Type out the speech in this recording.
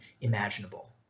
imaginable